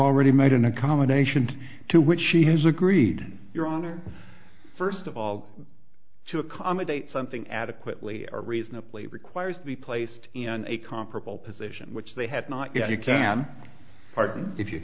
already made an accommodation to which she has agreed your honor first of all to accommodate something adequately or reasonably requires to be placed in a comparable position which they had not yet you can